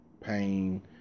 pain